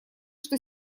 что